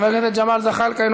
חבר הכנסת ג'מאל זחאלקה,